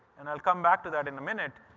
and i will come back to that in a minute.